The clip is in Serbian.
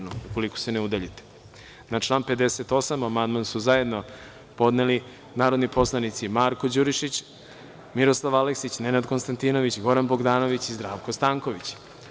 Na član 58. amandman su zajedno podneli narodni poslanici Marko Đurišić, Miroslav Aleksić, Nenad Konstantinović, Goran Bogdanović i Zdravko Stanković.